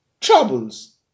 troubles